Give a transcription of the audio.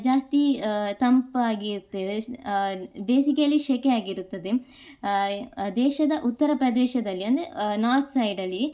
ಜಾಸ್ತಿ ತಂಪಾಗಿರ್ತೇವೆ ಬೇಸಿಗೆಯಲ್ಲಿ ಸೆಕೆ ಆಗಿರುತ್ತದೆ ದೇಶದ ಉತ್ತರ ಪ್ರದೇಶದಲ್ಲಿ ಅಂದರೆ ನಾರ್ತ್ ಸೈಡಲ್ಲಿ